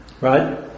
right